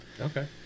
Okay